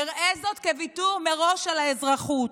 יראה זאת כוויתור מראש על האזרחות.